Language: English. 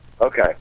Okay